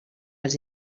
als